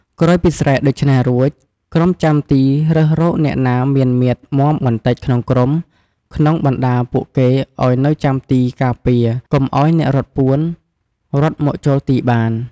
ក្រោយពីស្រែកដូច្នេះរួច ក្រុមចាំទីរើសរកអ្នកណាមានមាឌមាំបន្តិចក្នុងក្រុម ក្នុងបណ្តាពួកគេឱ្យនៅចាំទីការពារ កុំឱ្យអ្នករត់ពួនរត់មកចូលទីបាន។